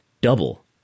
double